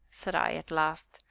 said i, at last,